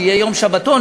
שיהיה יום שבתון,